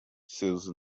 seus